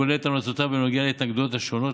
הכולל את המלצותיו בנוגע להתנגדויות השונות.